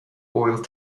oil